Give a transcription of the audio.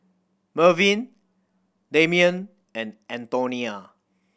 Mervyn Damion and Antonia